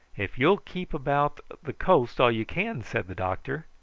if you will keep about the coast all you can, said the doctor,